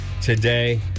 today